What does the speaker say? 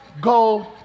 go